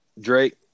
Drake